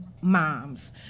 moms